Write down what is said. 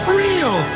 real